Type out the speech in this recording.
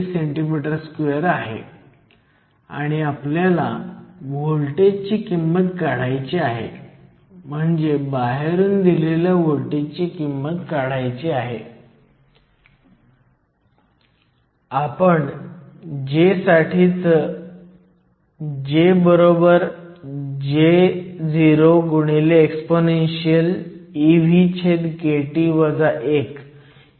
तर करंटचे गुणोत्तर किंवा करंट डेन्सिटीचे गुणोत्तर काहीही नसून रिव्हर्स सॅच्युरेशन करंट चे गुणोत्तर हे ni2 च्या थेट प्रमाणात आहे ni2 373 केल्विन भागिले ni2 297 केल्विन ni2 काहीही नाही किंवा ni NcNvexp Eg2kT आहे